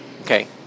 Okay